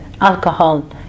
alcohol